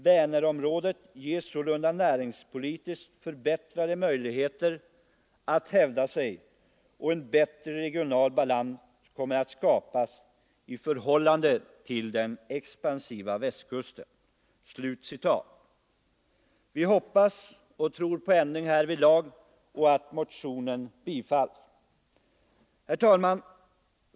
Vänerområdet ges sålunda näringspolitiskt förbättrade möjligheter att hävda sig, och en bättre regional balans kommer att skapas i förhållande till den expansiva västkusten.” Vi hoppas att det blir en ändring härvidlag och att motionen bifalles.